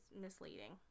misleading